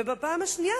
ובפעם השנייה,